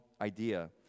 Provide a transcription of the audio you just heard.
idea